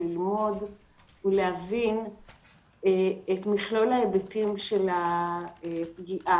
ללמוד ולהבין את מכלול ההיבטים של הפגיעה,